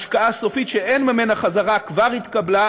השקעה סופית שאין ממנה חזרה כבר התקבלה,